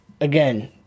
again